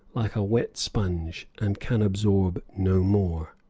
like a wet sponge, and can absorb no more